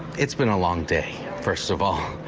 it's been a long day, first of all.